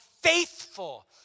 faithful